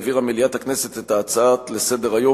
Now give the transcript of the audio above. העבירה מליאת הכנסת את ההצעות לסדר-היום